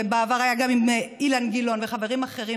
וגם עם אילן גילאון וחברים אחרים,